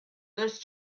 this